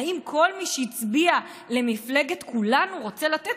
האם כל מי שהצביע למפלגת כולנו רוצה לתת?